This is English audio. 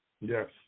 Yes